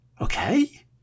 Okay